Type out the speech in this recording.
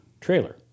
trailer